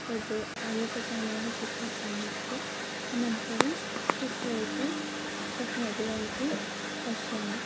तद् अय्यप्पस्वामिनः चित्रम् अन्विष्य अनन्तरं चित्रयितुं शक्नोति वा इति पश्यामि